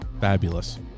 fabulous